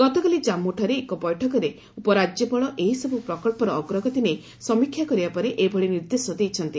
ଗତକାଲି ଜାମ୍ମୁଠାରେ ଏକ ବୈଠକରେ ଉପରାଜ୍ୟପାଳ ଏହି ସବୁ ପ୍ରକଳ୍ପର ଅଗ୍ରଗତି ନେଇ ସମୀକ୍ଷା କରିବା ପରେ ଏଭଳି ନିର୍ଦ୍ଦେଶ ଦେଇଛନ୍ତି